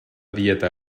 dieta